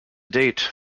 date